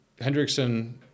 Hendrickson